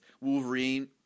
Wolverine